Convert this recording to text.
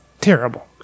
terrible